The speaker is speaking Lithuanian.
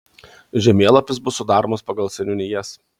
žemėlapis bus sudaromas pagal seniūnijas